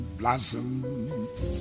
blossoms